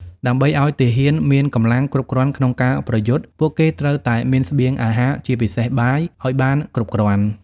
ដើម្បីឱ្យទាហានមានកម្លាំងគ្រប់គ្រាន់ក្នុងការប្រយុទ្ធ ពួកគេត្រូវតែមានស្បៀងអាហារ ជាពិសេសបាយឲ្យបានគ្រប់គ្រាន់។